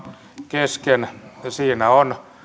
kesken ja siinä on